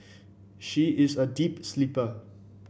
she is a deep sleeper